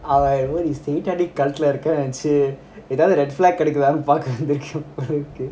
அவன்:avan staright ah நீகளத்துலஇறக்குறனுநெனச்சிஏதாவது:nee kalathula iranguranu nenachu ethavadhu red flag கொடுக்கலாம்னுபாக்கறேன்:kodugalamnu pakkaren